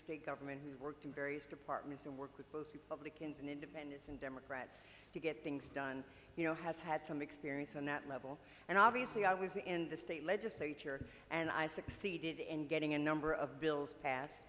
state government who's worked in various departments and work with both republicans and independents and democrats to get things done you know has had some experience on that level and obviously i was in the state legislature and i succeeded in getting a number of bills passed